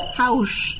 house